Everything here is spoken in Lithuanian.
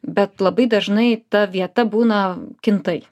bet labai dažnai ta vieta būna kintai